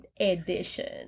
edition